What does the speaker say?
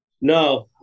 no